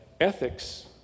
ethics